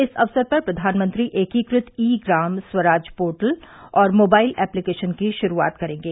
इस अवसर पर प्रधानमंत्री एकीकृत ई ग्राम स्वराज पोर्टल और मोबाइल एप्लिकेशन की शुरूआत करेंगे